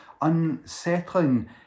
unsettling